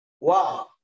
Wow